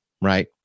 right